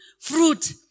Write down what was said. fruit